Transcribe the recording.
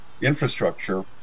infrastructure